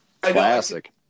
Classic